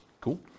Cool